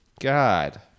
God